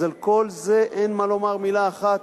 אז על כל זה אין מה לומר מלה אחת?